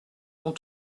mon